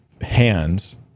hands